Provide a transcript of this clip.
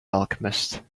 alchemist